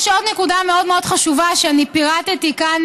יש עוד נקודה מאוד מאוד חשובה שפירטתי כאן,